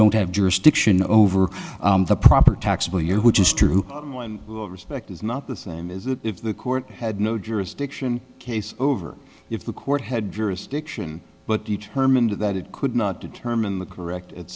don't have jurisdiction over the proper taxable year which is true respect is not the same as if the court had no jurisdiction case over if the court had jurisdiction but determined that it could not determine the correct et